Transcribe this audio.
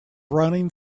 running